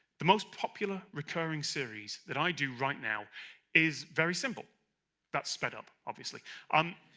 the most popular recurring series that i do right now is very simple that's sped up obviously um,